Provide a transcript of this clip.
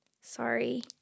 Sorry